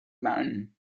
mountain